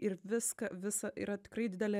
ir viską visa yra tikrai didelė